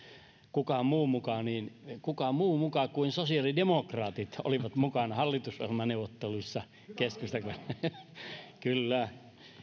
kuka muu muka kysymykseen että kuka muu muka kuin sosiaalidemokraatit olivat mukana hallitusohjelmaneuvotteluissa keskustan kanssa kyllä kyllä